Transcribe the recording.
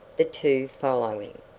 the two following.